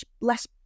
less